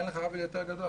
אין לך עוול יותר גדול.